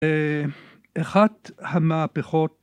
אחת המהפכות.